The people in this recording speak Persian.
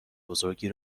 بزرگی